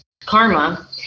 karma